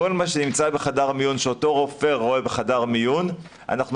כל מה שנמצא בחדר המיון שאותו רופא רואה בחדר המיון,